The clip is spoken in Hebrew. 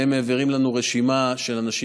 והם מעבירים לנו רשימה של אנשים